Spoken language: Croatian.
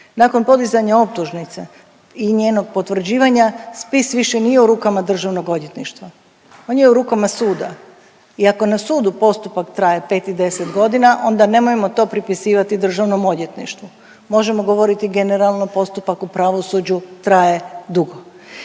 Nakon podizanja optužnice i njenog potvrđivanja spis više nije u rukama Državnog odvjetništva. On je u rukama suda i ako na sudu postupak traje 5 i 10 godina onda nemojmo to pripisivati Državnom odvjetništvu. Možemo govoriti generalno postupak u pravosuđu traje dugo.